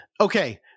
Okay